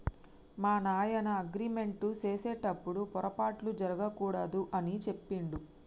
మా నాయన అగ్రిమెంట్ సేసెటప్పుడు పోరపాట్లు జరగకూడదు అని సెప్పిండు